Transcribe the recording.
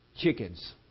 Chickens